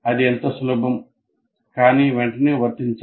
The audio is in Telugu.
ఇది ఎంత సులభం కానీ వెంటనే వర్తించాలి